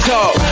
Talk